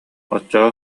оччоҕо